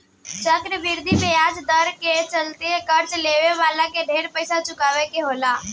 चक्रवृद्धि ब्याज दर के चलते कर्जा लेवे वाला के ढेर पइसा चुकावे के होला